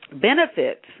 benefits